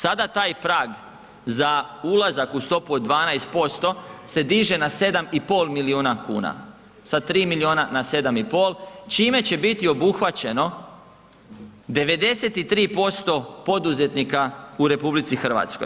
Sada taj prag za ulazak u stopu od 12% se diže na 7,5 milijuna kuna, sa 3 milijuna na 7,5 čime će biti obuhvaćeno 93% poduzetnika u RH.